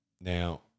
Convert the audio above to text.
Now